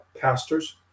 pastors